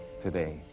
today